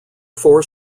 four